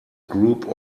group